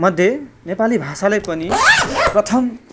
मध्ये नेपाली भाषालाई पनि प्रथम